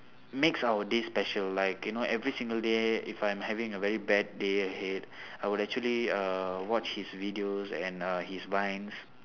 makes our day special like you know every single day if I'm having a very bad day ahead I would actually uh watch his videos and uh his vines